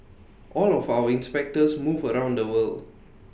all of our inspectors move around the world